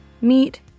Meet